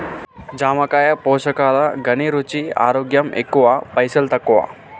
జామకాయ పోషకాల ఘనీ, రుచి, ఆరోగ్యం ఎక్కువ పైసల్ తక్కువ